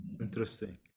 Interesting